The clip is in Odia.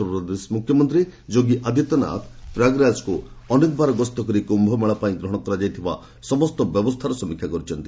ଉତ୍ତରପ୍ରଦେଶ ମ୍ରଖ୍ୟମନ୍ତ୍ରୀ ଯୋଗୀ ଆଦିତ୍ୟନାଥ ପ୍ରୟାଗରାଜକୁ ଅନେକବାର ଗସ୍ତ କରି କ୍ୟୁମେଳା ପାଇଁ ଗ୍ରହଣ କରାଯାଇଥିବା ସମସ୍ତ ବ୍ୟବସ୍ଥାର ସମୀକ୍ଷା କରିଛନ୍ତି